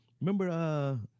Remember